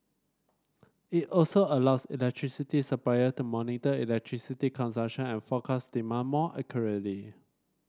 it also allows electricity supplier to monitor electricity consumption and forecast demand more accurately